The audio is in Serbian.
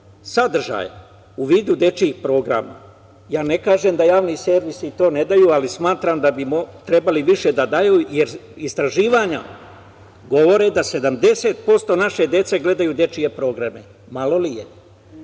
sadržajem u vidu dečijih programa. Ja ne kažem da javni servisi to ne daju, ali smatram da bi trebali više da daju, jer istraživanja govore da 70% naše dece gledaju dečije programe. Malo li je?